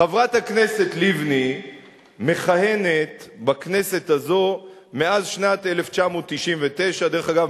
חברת הכנסת לבני מכהנת בכנסת הזאת מאז שנת 1999 דרך אגב,